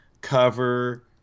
cover